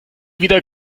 wieder